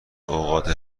اوقات